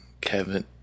Kevin